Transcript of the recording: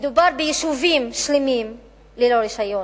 מדובר ביישובים שלמים ללא רשיון.